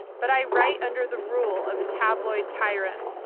but i write under the rule of a tabloid tyrant.